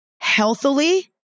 healthily